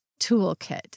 toolkit